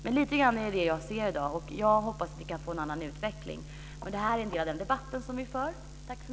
Det är lite grann det som jag ser i dag. Jag hoppas att vi kan få en annan utveckling. Det här är en del av den debatt som vi för.